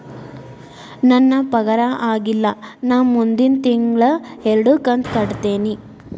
ನನ್ನ ಪಗಾರ ಆಗಿಲ್ಲ ನಾ ಮುಂದಿನ ತಿಂಗಳ ಎರಡು ಕಂತ್ ಕಟ್ಟತೇನಿ